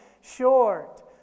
short